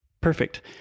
Perfect